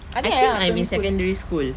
I think primary school